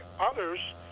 others